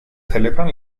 celebran